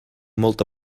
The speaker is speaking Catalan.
molta